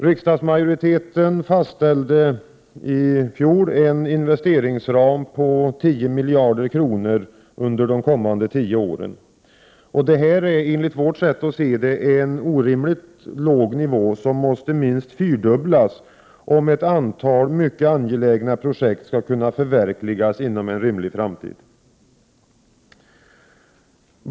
Riksdagsmajoriteten fastställde i fjol en investeringsram på 10 miljarder kronor för de kommande tio åren. Detta är | enligt vårt sätt att se en orimligt låg nivå, som måste minst fyrdubblas om ett antal mycket angelägna projekt skall kunna förverkligas inom en rimlig framtid.